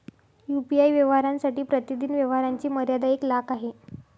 UPI व्यवहारांसाठी प्रतिदिन व्यवहारांची मर्यादा एक लाख आहे